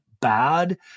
bad